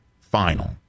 final